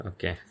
Okay